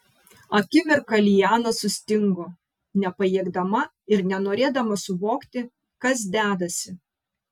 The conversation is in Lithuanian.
akimirką liana sustingo nepajėgdama ir nenorėdama suvokti kas dedasi